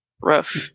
Rough